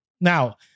Now